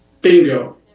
Bingo